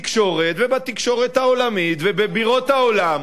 בתקשורת ובתקשורת העולמית ובבירות העולם,